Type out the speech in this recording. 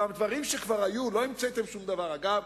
גם דברים שכבר היו ולא המצאתם שום דבר, אגב,